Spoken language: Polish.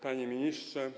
Panie Ministrze!